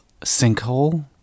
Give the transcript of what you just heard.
Sinkhole